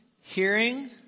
Hearing